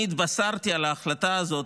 אני התבשרתי על ההחלטה הזאת,